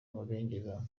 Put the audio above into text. amabengeza